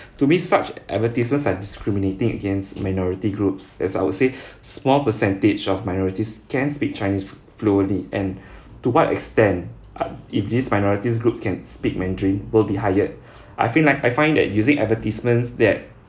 to me such advertisements are discriminating against minority groups as I would say small percentage of minorities can speak chinese fluently and to what extent uh if this minority groups can speak mandarin will be hired I feel like I find that using advertisements that